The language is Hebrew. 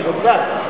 אם היא רוצה,